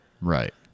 Right